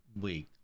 week